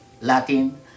Latin